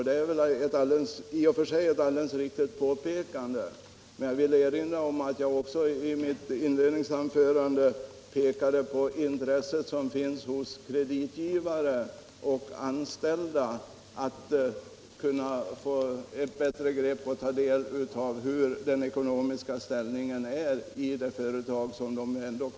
Det är i och för sig ett alldeles riktigt påpekande, men jag vill erinra om att jag i mitt inledningsanförande pekade på det intresse som finns hos kreditgivare och anställda av att kunna ta del av och få bättre grepp om hur den ekonomiska ställningen är i ett företag.